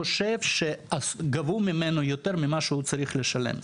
מי חושב שגבו ממנו יותר ממה שהוא צריך לשלם,